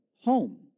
home